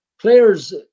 players